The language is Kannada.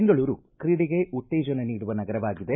ಬೆಂಗಳೂರು ಕ್ರೀಡೆಗೆ ಉತ್ತೇಜನ ನೀಡುವ ನಗರವಾಗಿದೆ